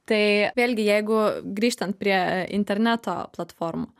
tai vėlgi jeigu grįžtant prie interneto platformų